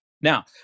Now